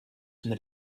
from